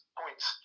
points